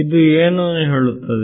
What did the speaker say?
ಇದು ಏನನ್ನು ಹೇಳುತ್ತದೆ